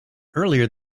earlier